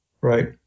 right